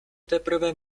teprve